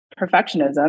perfectionism